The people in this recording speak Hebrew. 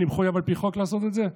אני מחויב על פי חוק לעשות את זה?